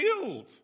killed